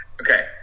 Okay